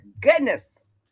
goodness